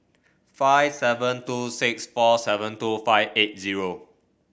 five seven two six four seven two five eight zero